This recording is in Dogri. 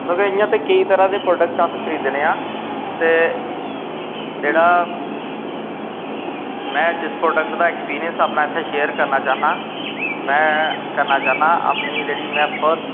मतलब इ'यां ते केईं तरह् दे प्रोडक्ट अस खरीदने आं ते जेह्ड़ा में जिस प्रोडक्ट दा अक्सपिरिंस अपना इत्थै शेयर करना चाह्न्नां में करना चाह्न्नां अपनी जेह्ड़ी में फर्स्ट